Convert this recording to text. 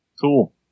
Cool